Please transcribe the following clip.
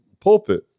pulpit